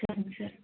சரிங்க சார்